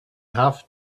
have